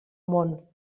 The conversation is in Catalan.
món